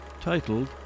titled